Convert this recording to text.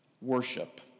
Worship